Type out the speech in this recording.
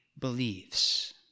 believes